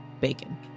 Bacon